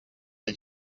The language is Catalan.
els